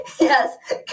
Yes